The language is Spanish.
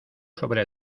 sobre